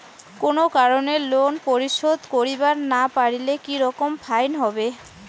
কোনো কারণে লোন পরিশোধ করিবার না পারিলে কি রকম ফাইন হবে?